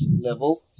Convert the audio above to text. level